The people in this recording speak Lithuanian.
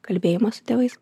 kalbėjimas su tėvais